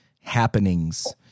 happenings